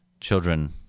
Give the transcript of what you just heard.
children